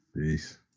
Peace